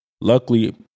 luckily-